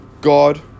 God